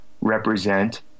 represent